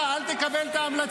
אתה, אל תקבל את ההמלצה.